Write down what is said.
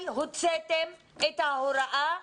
הוצאתם את ההוראה